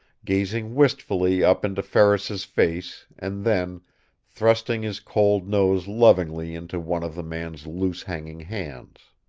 gazing wistfully up into ferris's face and then thrusting his cold nose lovingly into one of the man's loose-hanging hands.